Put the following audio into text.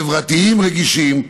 חברתיים רגישים,